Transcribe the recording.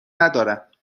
ندارم